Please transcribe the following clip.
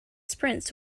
sprints